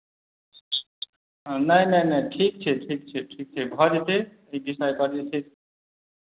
नहि नहि नहि ठीक छै ठीक छै ठीक छै भऽ जेतै एहि विषयपर जे छै